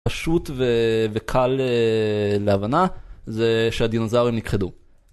פשוט וקל להבנה זה שהדינוזארים נכחדו.